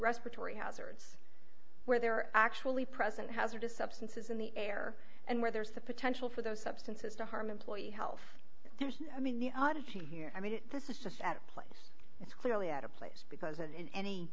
respiratory hazards where they're actually present hazardous substances in the air and where there's the potential for those substances to harm employee health i mean the auditing here i mean it this is just at a place it's clearly out of place because in